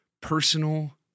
personal